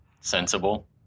Sensible